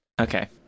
Okay